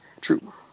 True